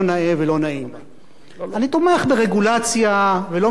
אני תומך ברגולציה ולא מתפעל משיטת הרשיונות,